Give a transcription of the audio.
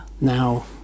Now